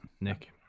Nick